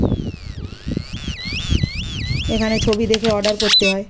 এখানে ছবি দেখে অর্ডার করতে হয়